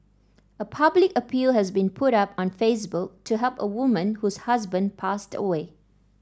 a public appeal has been put up on Facebook to help a woman whose husband passed away